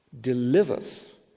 delivers